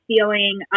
feeling